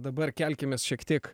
dabar kelkimės šiek tiek